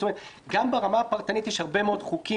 זאת אומרת גם ברמה הפרטנית יש הרבה מאוד חוקים